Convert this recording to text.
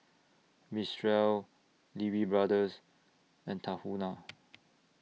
Mistral Lee Wee Brothers and Tahuna